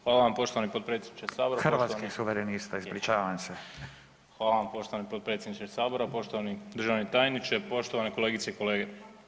Hvala vam poštovani potpredsjedniče Sabora [[Upadica: Hrvatskih suverenista, ispričavam se.]] hvala vam poštovani potpredsjedniče Sabora, poštovani državni tajniče, poštovani kolegice i kolege.